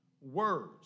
words